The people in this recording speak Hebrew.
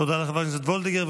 תודה לחברת הכנסת וולדיגר,